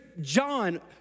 John